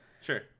Sure